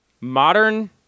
Modern